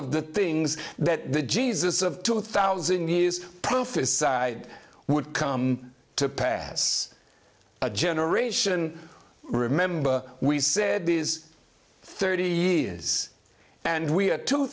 of the things that the jesus of two thousand years prophesied would come to pass a generation remember we said these thirty years and we are two